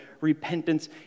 repentance